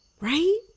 Right